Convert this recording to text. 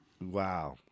Wow